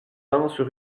danses